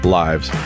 lives